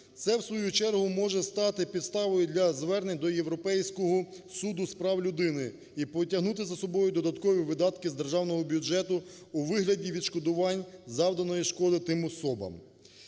Це в свою чергу може стати підставою для звернень до Європейського суду з прав людини і потягнути за собою видаткові видатки з державного бюджету у вигляді відшкодувань завданої шкоди тим особам,